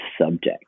subject